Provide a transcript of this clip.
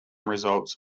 results